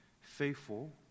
faithful